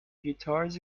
guitars